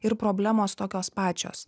ir problemos tokios pačios